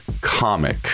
comic